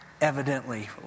evidently